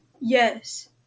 Yes